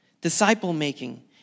Disciple-making